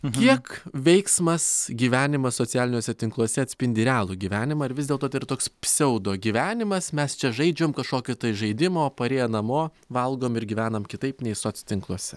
kiek veiksmas gyvenimas socialiniuose tinkluose atspindi realų gyvenimą ar vis dėlto toks pseudo gyvenimas mes čia žaidžiam kažkokį tai žaidimą o parėję namo valgom ir gyvenam kitaip nei soc tinkluose